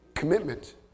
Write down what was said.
Commitment